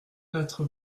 quatre